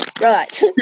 right